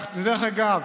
דרך אגב,